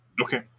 Okay